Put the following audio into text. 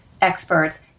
experts